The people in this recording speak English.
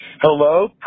Hello